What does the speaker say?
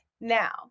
Now